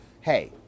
hey